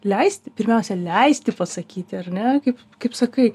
leisti pirmiausia leisti pasakyti ar ne kaip kaip sakai